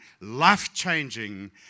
life-changing